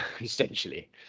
essentially